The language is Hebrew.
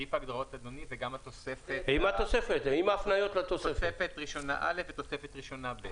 סעיף הגדרות וגם תוספת ראשונה א' ותוספת ראשונה ב'.